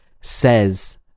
says